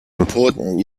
important